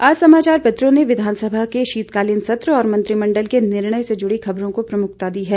आज समाचार पत्रों ने विधानसभा के शीतकालीन सत्र और मंत्रिमंडल के निर्णय से जुड़ी खबरों को प्रमुखता दी है